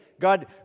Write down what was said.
God